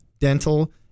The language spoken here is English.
dental